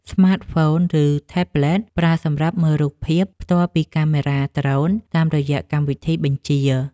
ស្មាតហ្វូន ឬថេប្លេត ប្រើសម្រាប់មើលរូបភាពផ្ទាល់ពីកាមេរ៉ាដ្រូនតាមរយៈកម្មវិធីបញ្ជា។